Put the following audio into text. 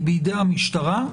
היא בידי המשטרה,